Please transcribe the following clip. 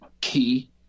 key